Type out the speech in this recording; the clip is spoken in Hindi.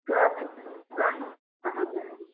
तो आपका काम कहाँ पर है